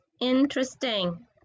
Interesting